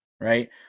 right